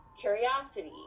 curiosity